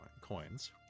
coins